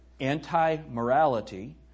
anti-morality